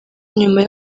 nyuma